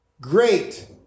great